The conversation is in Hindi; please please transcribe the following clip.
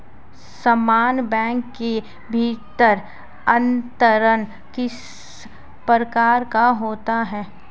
समान बैंक के भीतर अंतरण किस प्रकार का होता है?